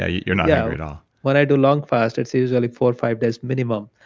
ah you're not hungry at all. when i do long fast, it's usually four or five days minimum.